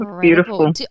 beautiful